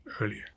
earlier